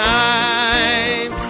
time